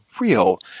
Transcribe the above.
real